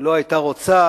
לא היתה רוצה,